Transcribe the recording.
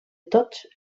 tots